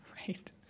Right